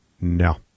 No